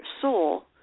soul